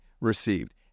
received